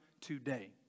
today